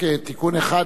רק תיקון אחד,